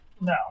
No